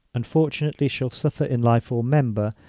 unfortunately shall suffer in life or member,